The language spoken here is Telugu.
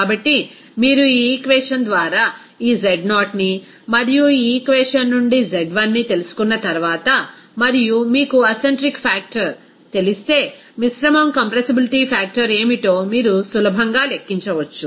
కాబట్టి మీరు ఈ ఈక్వేషన్ ద్వారా ఈ Z0ని మరియు ఈ ఈక్వేషన్ నుండి Z1ని తెలుసుకున్న తర్వాత మరియు మీకు అసెంట్రిక్ ఫాక్టర్ తెలిస్తే మిశ్రమం కంప్రెస్సిబిలిటీ ఫాక్టర్ ఏమిటో మీరు సులభంగా లెక్కించవచ్చు